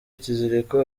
ikiziriko